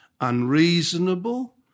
unreasonable